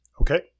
Okay